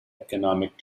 economic